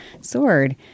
sword